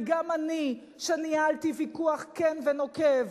וגם אני, שניהלתי ויכוח כן ונוקב